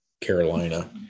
Carolina –